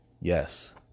Yes